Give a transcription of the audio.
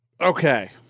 Okay